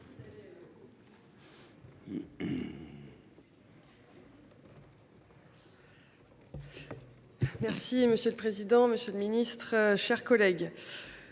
Monsieur le président, monsieur le ministre, mes chers collègues,